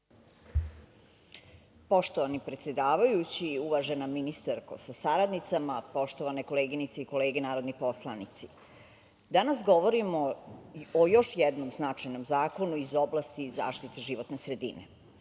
Poštovani predsedavajući, uvažena ministarko sa saradnicima, poštovane koleginice i kolege narodni poslanici, danas govorimo o još jednom značajnom zakonu iz oblasti zaštite životne sredine.